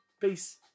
Peace